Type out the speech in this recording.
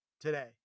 today